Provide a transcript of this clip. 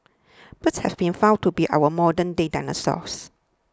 birds have been found to be our modernday dinosaurs